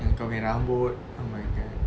dengan kau nya rambut oh my god